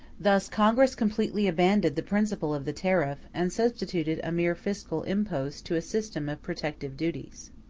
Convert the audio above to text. thus congress completely abandoned the principle of the tariff and substituted a mere fiscal impost to a system of protective duties.